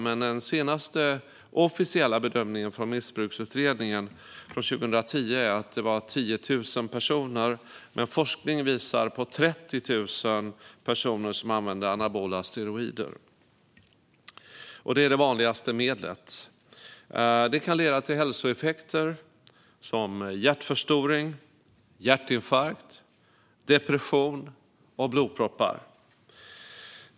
Men den senaste officiella bedömningen från Missbruksutredningen från 2010 var att det var 10 000 personer. Men forskning visar att det är 30 000 personer som använder anabola steroider, som är det vanligaste medlet. Det kan leda till effekter på hälsan, som hjärtförstoring, hjärtinfarkt, depression och blodproppar.